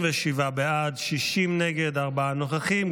37 בעד, 60 נגד, ארבעה נוכחים.